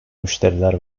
müşteriler